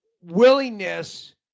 willingness